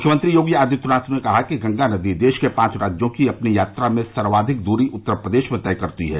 मुख्यमंत्री योगी आदित्यनाथ ने कहा कि गंगा नदी देश के पांच राज्यों की अपनी यात्रा में सर्वाधिक दूरी उत्तर प्रदेश में तय करती है